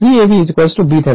V ab b Thevenin